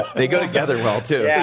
they go together well, too.